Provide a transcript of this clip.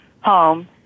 home